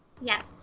Yes